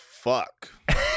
Fuck